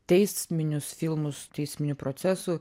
teisminius filmus teisminių procesų